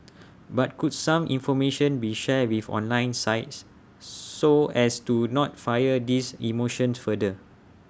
but could some information be shared with online sites so as to not fire these emotions further